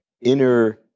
inner